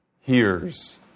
hears